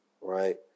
right